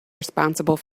responsible